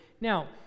Now